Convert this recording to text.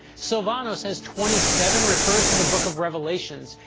silvano says twenty seven refers to the book of revelations,